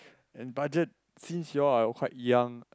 and budget since you all are quite young